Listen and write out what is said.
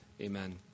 Amen